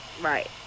Right